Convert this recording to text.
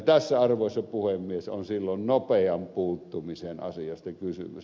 tässä arvoisa puhemies on silloin nopean puuttumisen asiasta kysymys